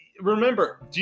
remember